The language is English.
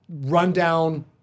rundown